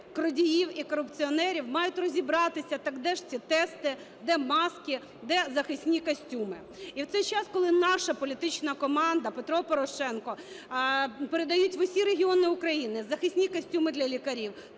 крадіїв і корупціонерів, мають розібратися, так де ж ці тести, де маски, де захисні костюми. І в цей час, коли наша політична команда, Петро Порошенко передають в усі регіони України захисні костюми для лікарів,